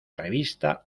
revista